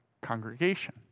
congregation